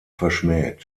verschmäht